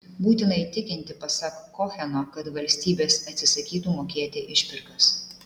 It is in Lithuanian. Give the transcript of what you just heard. būtina įtikinti pasak koheno kad valstybės atsisakytų mokėti išpirkas